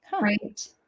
right